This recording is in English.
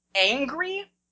angry